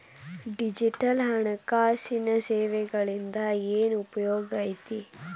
digital ಹಣಕಾಸಿನ ಸೇವೆಗಳಿಂದ ಏನ್ ಉಪಯೋಗೈತಿ